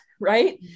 right